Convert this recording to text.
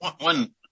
One